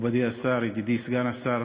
מכובדי השר, ידידי סגן השר,